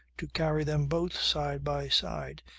to carry them both, side by side,